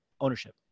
ownership